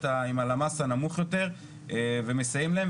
עם הלמ"ס הנמוך יותר ומסייעים להם,